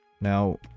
now